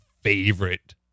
favorite